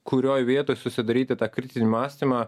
kurioj vietoj susidaryti tą kritinį mąstymą